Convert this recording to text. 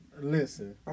Listen